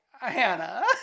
Hannah